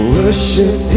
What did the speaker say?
Worship